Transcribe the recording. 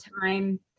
time